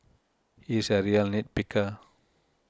he is a real nit picker